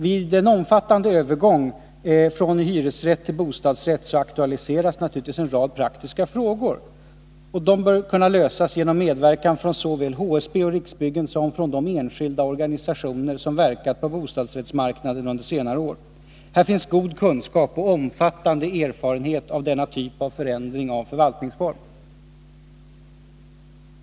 Vid en omfattande övergång från hyresrätt till bostadsrätt aktualiseras naturligtvis en rad praktiska frågor. Dessa bör kunna lösas genom medverkan såväl från HSB och Riksbyggen som från de enskilda organisationer som verkat på bostadsrättsmarknaden under senare år. Här finns god kunskap och omfattande erfarenhet av denna typ av förändring av förvaltningsform.